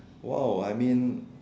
!wow! I mean